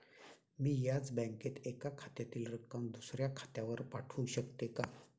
मी याच बँकेत एका खात्यातील रक्कम दुसऱ्या खात्यावर पाठवू शकते का?